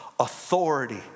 authority